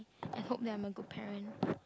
I hope that I'm a good parent